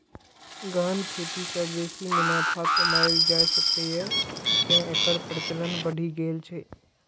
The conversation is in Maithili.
गहन खेती सं बेसी मुनाफा कमाएल जा सकैए, तें एकर प्रचलन बढ़ि गेल छै